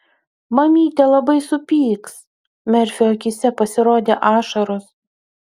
mamytė labai supyks merfio akyse pasirodė ašaros